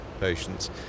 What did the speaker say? patients